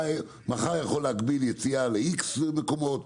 מחר אתה יכול להגביל יציאה ל-X מקומות,